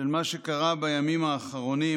של מה שקרה בימים האחרונים